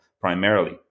primarily